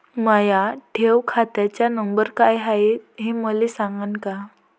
माया ठेव खात्याचा नंबर काय हाय हे मले सांगान का?